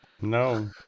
No